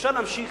אפשר להמשיך,